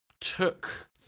took